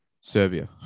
serbia